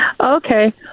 okay